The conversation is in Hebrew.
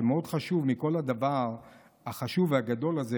מכל הדבר הגדול הזה,